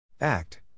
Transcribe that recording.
Act